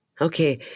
Okay